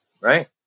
Right